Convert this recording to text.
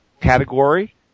category